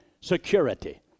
security